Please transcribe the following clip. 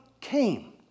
came